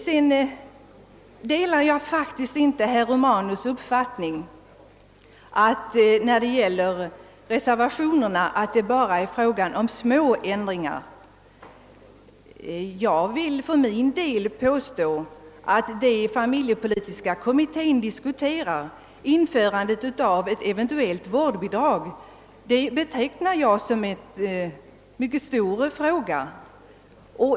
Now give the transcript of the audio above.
Jag delar faktiskt inte herr Romanus” uppfattning när det gäller reservationerna. Det är här inte bara fråga om små ändringar. Frågan om införandet av ett eventuellt vårdbidrag som familjepolitiska kommittén «diskuterar vill jag för min del beteckna som mycket stor.